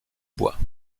bois